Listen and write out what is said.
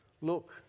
look